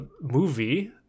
movie